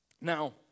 Now